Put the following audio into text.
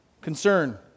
concern